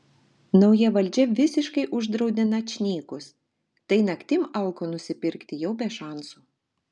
nauja valdžia visiškai uždraudė načnykus tai naktim alko nusipirkt jau be šansų